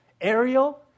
Ariel